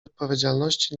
odpowiedzialności